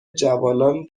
جوانان